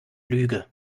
lüge